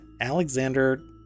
Alexander